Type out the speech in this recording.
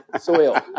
Soil